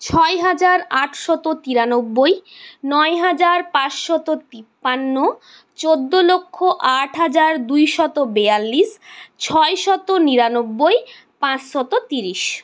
ছয় হাজার আটশত তিরানব্বই নয় হাজার পাঁচশত তিপান্ন চৌদ্দো লক্ষ আট হাজার দুইশত বেয়াল্লিশ ছয়শত নিরানব্বই পাঁচশত তিরিশ